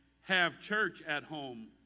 have-church-at-home